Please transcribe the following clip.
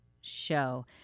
show